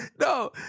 No